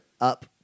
up